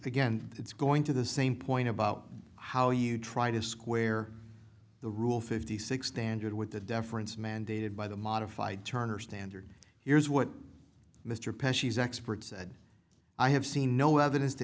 again it's going to the same point about how you try to square the rule fifty six standard with the deference mandated by the modified turner standard here's what mr penn she's expert said i have seen no evidence to